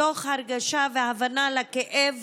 מתוך ההרגשה וההבנה של הכאב